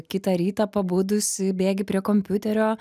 kitą rytą pabudusi bėgį prie kompiuterio